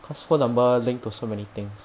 cause phone number link to so many things